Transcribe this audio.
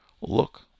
Look